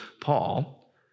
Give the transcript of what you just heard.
Paul